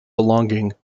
belonging